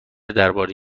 درباره